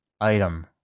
item